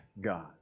God